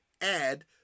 add